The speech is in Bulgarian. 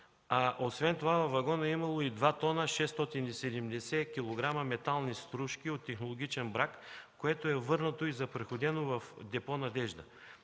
освен това във вагона е имало и 2 т 670 кг метални стружки от технологичен брак, което е върнато и заприходено в Депо „Надежда”.